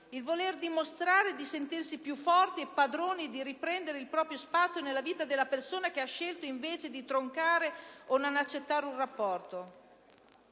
il voler dimostrare di sentirsi più forti e padroni di riprendere il proprio spazio nella vita della persona che ha scelto invece di troncare o non accettare un rapporto.